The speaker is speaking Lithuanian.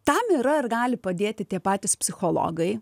tam yra ir gali padėti tie patys psichologai